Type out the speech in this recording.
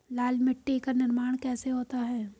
लाल मिट्टी का निर्माण कैसे होता है?